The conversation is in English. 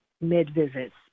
mid-visits